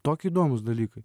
toki įdomūs dalykai